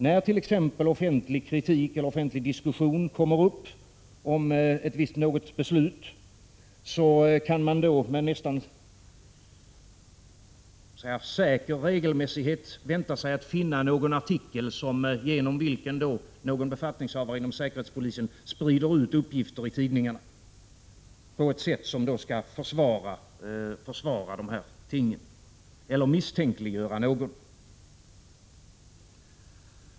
När t.ex. offentlig kritik eller diskussion kommer upp om något visst beslut, kan man med nästan säker regelmässighet vänta sig att finna någon artikel genom vilken någon befattningshavare inom säkerhetspolisen sprider ut uppgifter i tidningarna, på ett sätt som skall försvara dessa ting eller misstänkliggöra någon.